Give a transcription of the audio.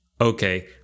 okay